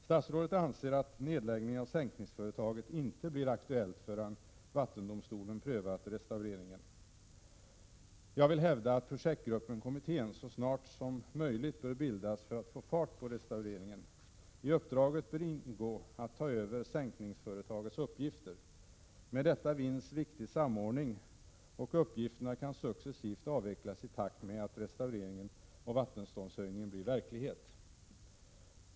Statsrådet anser att nedläggningen av sänkningsföretaget inte blir aktuell förrän vattendomstolen prövat restaureringen. Jag vill hävda att projektgruppen eller kommittén så snart som möjligt bör bildas för att man skall få fart på restaureringen. I uppdraget bör ingå att ta över sänkningsföretagets uppgifter. Med detta vinns viktig samordning, och uppgifterna kan successivt avvecklas i takt med att restaurering och vattenståndshöjning blir verklighet.